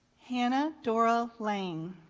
hannah dora lang.